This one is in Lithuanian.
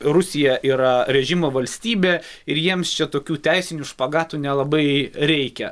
rusija yra režimo valstybė ir jiems čia tokių teisinių špagatų nelabai reikia